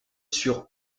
sur